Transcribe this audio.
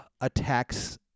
attacks